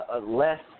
less